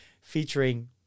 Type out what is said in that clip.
featuring